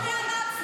הכול בסדר.